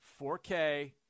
4K